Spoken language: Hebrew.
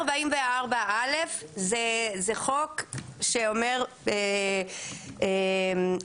144א זה חוק שאומר רדיפה,